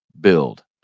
Build